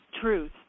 truth